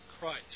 Christ